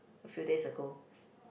a few days ago